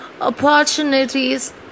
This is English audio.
opportunities